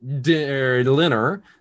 dinner